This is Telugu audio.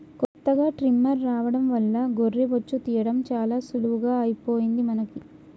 కొత్తగా ట్రిమ్మర్ రావడం వల్ల గొర్రె బొచ్చు తీయడం చాలా సులువుగా అయిపోయింది మనకి